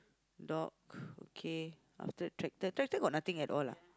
dog okay after that tractor tractor got nothing at all ah